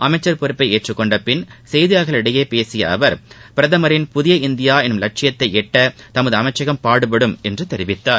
அமைச்சர் பொறுப்பை ஏற்றுக் கொண்டபின் செய்தியாளர்களிடம் பேசிய அவர் பிரதமரின் புதிய இந்தியா என்னும் லட்சியத்தை எட்ட தமது அமைச்சகம் பாடுபடும் என்று தெரிவித்தார்